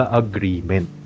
agreement